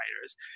writers